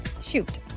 Shoot